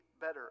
better